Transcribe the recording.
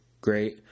great